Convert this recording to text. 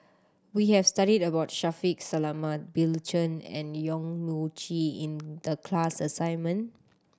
we have studied about Shaffiq Selamat Bill Chen and Yong Mun Chee in the class assignment